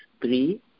three